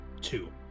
Two